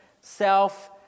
self